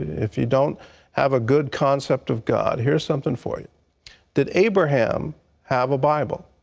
if you don't have a good concept of god here is something for you did abraham have a bible?